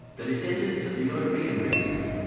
the descendents of the european races.